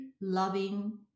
loving